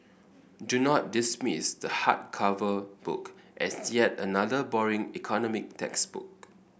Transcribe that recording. do not dismiss the hardcover book as yet another boring economic textbook